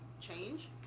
change